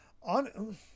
on